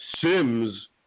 Sims